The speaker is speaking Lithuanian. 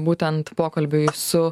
būtent pokalbiui su